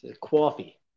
coffee